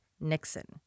Nixon